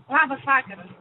labas vakaras